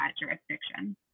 jurisdiction